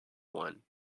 one